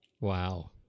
Wow